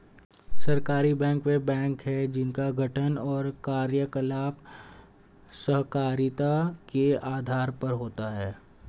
सहकारी बैंक वे बैंक हैं जिनका गठन और कार्यकलाप सहकारिता के आधार पर होता है